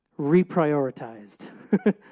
reprioritized